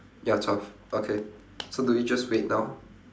ya twelve okay so do we just wait now